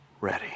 ready